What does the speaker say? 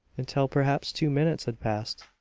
until perhaps two minutes had passed.